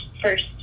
first